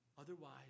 Otherwise